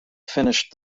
finished